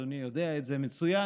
ואדוני יודע את זה מצוין.